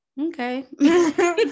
okay